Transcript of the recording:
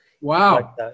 wow